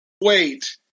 wait